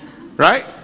Right